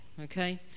okay